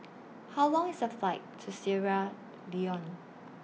How Long IS The Flight to Sierra Leone